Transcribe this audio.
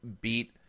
beat